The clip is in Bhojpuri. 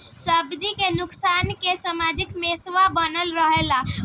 सब्जी के नुकसान के समस्या हमेशा बनल रहेला